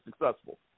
successful